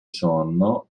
sonno